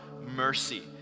mercy